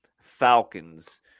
falcons